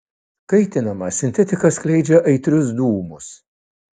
kaitinama sintetika skleidžia aitrius dūmus